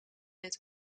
het